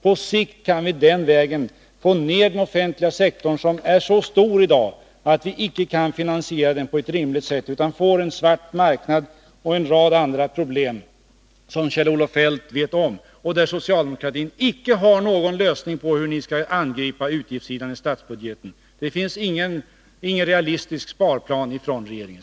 På sikt kan vi den vägen få ned den offentliga sektorn, som är så stor i dag att vi inte kan finansiera den på ett rimligt sätt utan får en svart marknad och en rad andra problem, vilket Kjell-Olof Feldt vet om. Socialdemokraterna har inte något förslag på hur de skall angripa utgiftssidan i statsbudgeten. Regeringen har ingen realistisk sparplan.